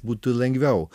būtų lengviau